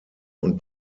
und